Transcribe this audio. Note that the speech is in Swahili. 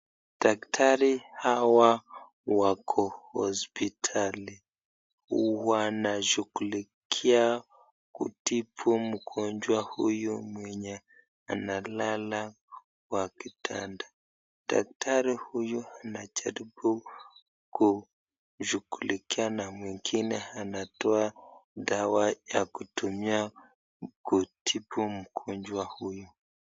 Dakitari hawa wako hosipitali. Wanashugulikia kutibu mgonjwa huyu mwenye analala kwa kidanda. Dakitari huyu anajaribu kushugulikia na mwingine anatoa dawa ya kutumia kutibu mgonjwa huyu.